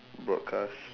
broadcast